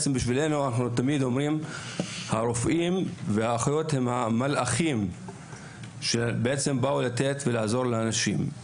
תמיד אנחנו אומרים שהרופאים והאחיות הם המלאכים שבאו לעזור לאנשים.